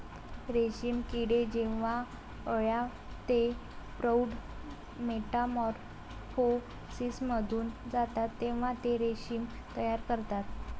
रेशीम किडे जेव्हा अळ्या ते प्रौढ मेटामॉर्फोसिसमधून जातात तेव्हा ते रेशीम तयार करतात